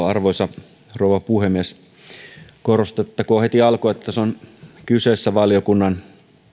arvoisa rouva puhemies korostettakoon heti alkuun että tässä on kyseessä valiokunnan